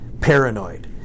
paranoid